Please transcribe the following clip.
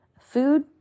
food